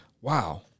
wow